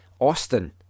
Austin